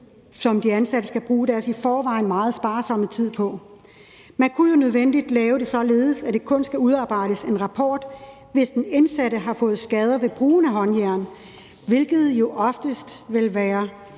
som de ansatte skal bruge deres i forvejen meget sparsomme tid på. Man kunne jo om nødvendigt lave det således, at der kun skal udarbejdes en rapport, hvis den indsatte efterfølgende klager over skader ved brugen af håndjern, hvilket ofte skyldes,